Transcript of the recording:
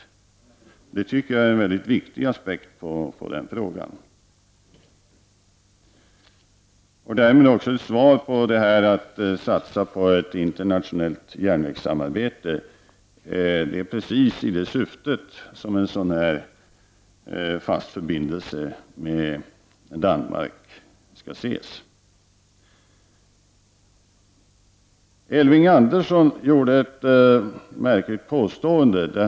Det tycker jag är en mycket viktig aspekt på denna fråga. Därmed är det också ett svar på begäran om att satsa på ett internationellt järnvägssamarbete. Det är i det perspektivet en fast förbindelse med Danmark skall ses. Elving Andersson gjorde ett märkligt påstående.